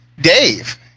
dave